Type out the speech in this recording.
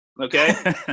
okay